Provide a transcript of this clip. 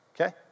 Okay